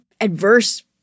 adverse